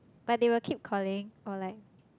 but they will keep calling or like